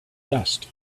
dust